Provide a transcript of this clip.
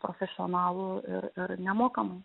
profesionalų ir ir nemokamai